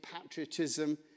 patriotism